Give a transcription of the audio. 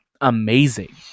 amazing